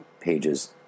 pages